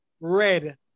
red